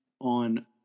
on